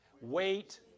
Wait